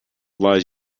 lies